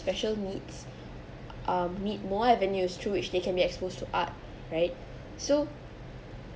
special needs um meet more avenues through which they can be exposed to art right so